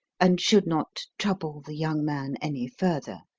and should not trouble the young man any further